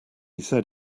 said